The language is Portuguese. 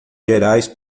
gerais